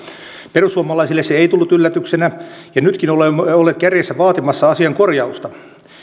perussuomalaisille se ei tullut yllätyksenä ja nytkin olemme olleet kärjessä vaatimassa asian korjausta